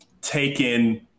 taken